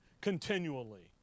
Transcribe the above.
continually